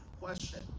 Question